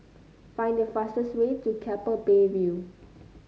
find the fastest way to Keppel Bay View